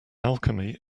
alchemy